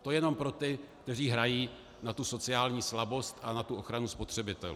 To jen pro ty, kteří hrají na tu sociální slabost a na tu ochranu spotřebitelů.